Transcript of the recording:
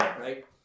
right